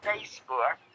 Facebook